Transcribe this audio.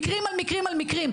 ואלה מקרים על מקרים על מקרים.